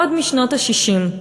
עוד משנות ה-60,